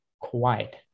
quiet